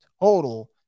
total